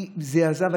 מזעזעת.